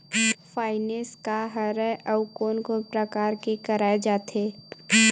Finance का हरय आऊ कोन कोन प्रकार ले कराये जाथे?